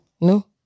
no